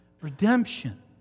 redemption